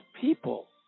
people